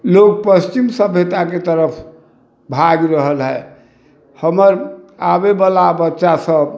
लोग पश्चिम सभयताके तरफ भागि रहल हय हमर आबैवला बच्चा सभ